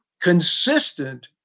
Consistent